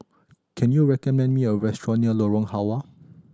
can you recommend me a restaurant near Lorong Halwa